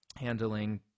handling